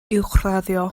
uwchraddio